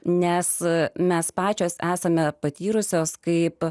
nes mes pačios esame patyrusios kaip